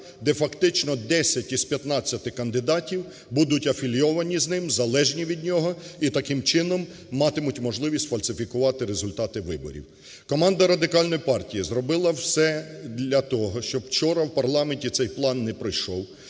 де фактично 10 із 15 кандидатів будуть афільовані з ним, залежні від нього і таким чином матимуть можливість сфальсифікувати результати виборів. Команда Радикальної партії зробила все для того, щоб вчора в парламенті цей план не пройшов,